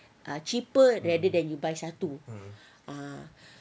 ah cheaper rather than you buy satu ah